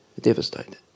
Devastated